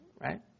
Right